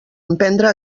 emprendre